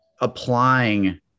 applying